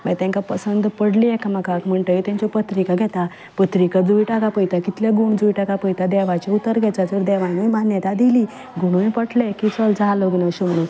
तांकां पसंद पडली एकामेकाक म्हणटगीर तांच्यो पत्रिका घेता पत्रिका जुळटा गाय पळयता कितले गूण जुळटा काय पळता देवाचे उतर घेता जर देवानूय मान्यता दिली गुणूय पटले की चल जा अशें म्हणून